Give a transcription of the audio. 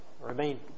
Remain